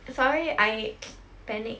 sorry I panic